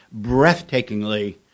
breathtakingly